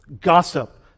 Gossip